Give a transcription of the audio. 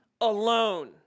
alone